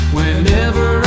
Whenever